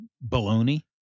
bologna